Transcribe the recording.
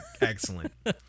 excellent